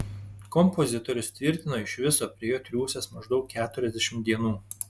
kompozitorius tvirtino iš viso prie jo triūsęs maždaug keturiasdešimt dienų